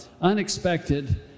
unexpected